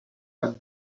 had